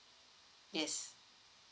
yes